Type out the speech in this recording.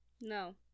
no